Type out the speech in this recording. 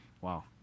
Wow